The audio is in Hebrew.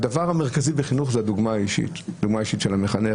הדבר המרכזי בחינוך זה הדוגמה האישית של המחנך,